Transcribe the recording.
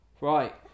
right